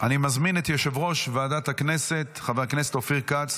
אני מזמין את יושב-ראש ועדת הכנסת חבר הכנסת אופיר כץ